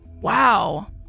wow